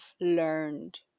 learned